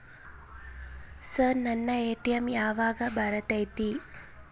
Sir ನನ್ನ ATM ಯಾವಾಗ ಬರತೈತಿ?